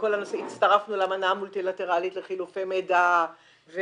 הצטרפנו לאמנה המולטילטרלית לחילופי מידע.